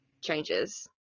changes